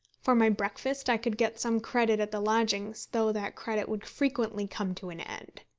for my breakfast i could get some credit at the lodgings, though that credit would frequently come to an end.